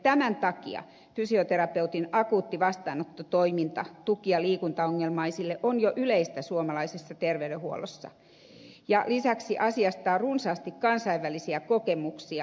tämän takia fysioterapeutin akuutti vastaanottotoiminta tuki ja liikuntaongelmaisille on jo yleistä suomalaisessa terveydenhuollossa ja lisäksi asiasta on runsaasti kansainvälisiä kokemuksia